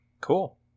Cool